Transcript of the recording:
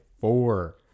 four